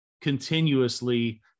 continuously